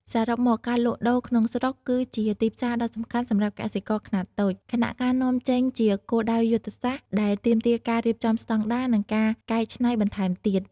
សរុបមក ការលក់ដូរក្នុងស្រុកគឺជាទីផ្សារដ៏សំខាន់សម្រាប់កសិករខ្នាតតូច ខណៈការនាំចេញជាគោលដៅយុទ្ធសាស្ត្រដែលទាមទារការរៀបចំស្តង់ដារ និងការកែច្នៃបន្ថែមទៀត។